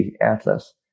atlas